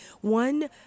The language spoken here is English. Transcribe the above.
one